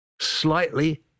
slightly